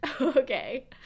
okay